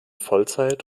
vollzeit